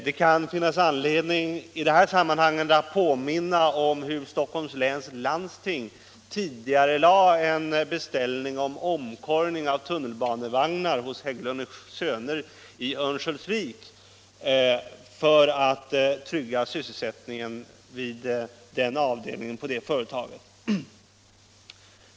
Det kan finnas anledning att i det sammanhanget påminna om hur Stockholms läns landsting tidigarelade en beställning av omkorgning av tunnelbanevagnar hos Hägglund & Söner i Örnsköldsvik för att trygga sysselsättningen vid en avdelning på det företaget.